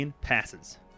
Passes